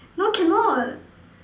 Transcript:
no cannot